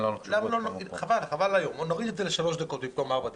בואו נוריד את זה לשלוש דקות במקום ארבע דקות.